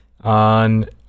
on